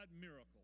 miracle